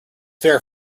fair